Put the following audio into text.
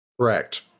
Correct